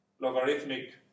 logarithmic